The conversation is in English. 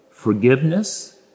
forgiveness